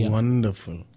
Wonderful